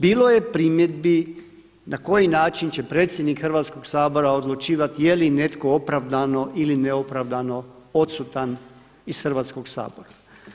Bilo je primjedbi na koji način će predsjednik Hrvatskoga sabora odlučivati je li netko opravdano ili neopravdano odsutan iz Hrvatskoga sabora.